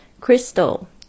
crystal